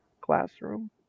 classroom